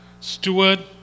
Steward